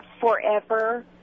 forever